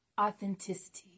authenticity